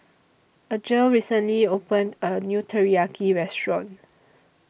Algie recently opened A New Teriyaki Restaurant